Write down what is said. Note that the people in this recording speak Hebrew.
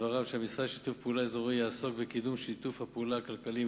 המשרד לשיתוף פעולה אזורי יעסוק בקידום שיתוף הפעולה הכלכלי עם